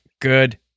good